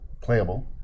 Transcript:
playable